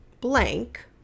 blank